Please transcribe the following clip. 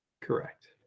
Correct